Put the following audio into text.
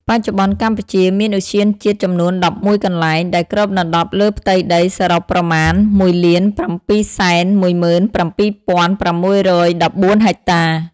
បច្ចុប្បន្នកម្ពុជាមានឧទ្យានជាតិចំនួន ១១ កន្លែង ដែលគ្របដណ្តប់លើផ្ទៃដីសរុបប្រមាណ ១,៧១៧,៦១៤ ហិកតា។